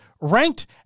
ranked